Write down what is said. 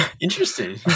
Interesting